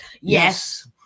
yes